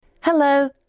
Hello